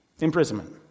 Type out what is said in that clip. Imprisonment